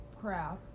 crap